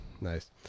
Nice